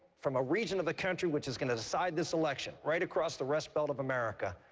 from a region of the country which is going to decide this election, right across the rust belt of america.